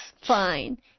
fine